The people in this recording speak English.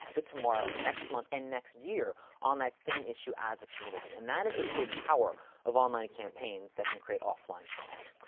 but tomorrow, next month, and next year, on that same issue, as a community. and that is the potent power of online campaigns that can create offline change.